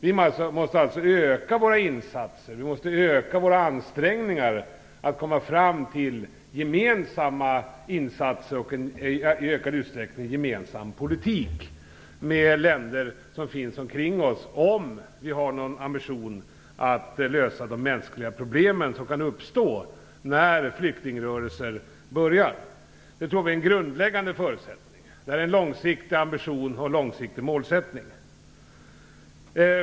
Vi måste för det första öka våra ansträngningar för att komma fram till politiska insatser i samarbete med de länder som finns omkring oss, om vi har någon ambition att lösa de mänskliga problem som kan uppstå när flyktingrörelser börjar. Vi tror att detta är en grundläggande förutsättning. Det är en långsiktig ambition och målsättning.